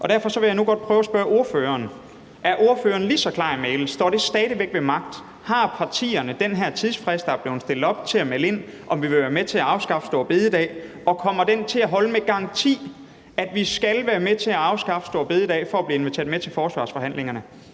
Derfor vil jeg nu godt spørge ordføreren: Er ordføreren lige så klar i mælet? Står det stadig væk ved magt? Har partierne den her tidsfrist, der er blevet sat, til at melde ind, om de vil være med til at afskaffe store bededag? Og kommer det med garanti til at holde, at vi skal være med til at afskaffe store bededag for at blive inviteret med til forsvarsforhandlingerne?